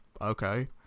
okay